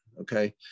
okay